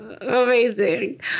Amazing